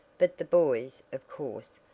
but the boys, of course,